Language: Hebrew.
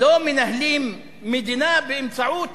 לא מנהלים מדינה באמצעות